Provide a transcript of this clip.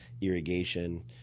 irrigation